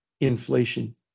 inflation